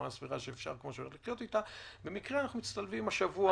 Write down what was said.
רמה סבירה שאפשר לחיות איתה במקרה אנחנו מצטלבים השבוע